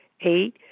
Eight